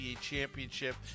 Championship